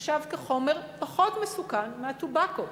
נחשב חומר פחות מסוכן מהטובקו.